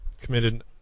committed